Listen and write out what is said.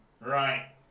Right